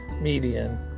median